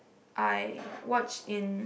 I watched in